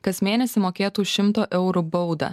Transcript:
kas mėnesį mokėtų šimto eurų baudą